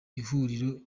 ihuriro